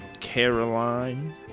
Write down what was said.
Caroline